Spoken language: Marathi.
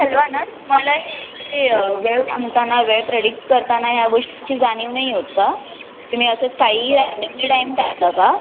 हॅलो ना तुम्हाला वेळ सांगताना वेळ प्रेडिक्ट करताना ह्या गोष्टीची जाणीव नाही होत का तुम्ही असंच काई रॅन्डमली टाईम टाकता का